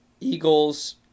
Eagles